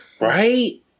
Right